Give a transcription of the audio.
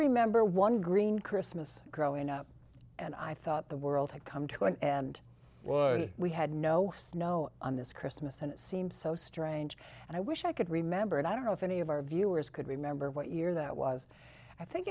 remember one green christmas growing up and i thought the world had come to an end and we had no snow on this christmas and it seemed so strange and i wish i could remember and i don't know if any of our viewers could remember what year that was i think